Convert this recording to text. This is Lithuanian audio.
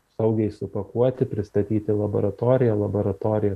saugiai supakuoti pristatyti į laboratoriją laboratorija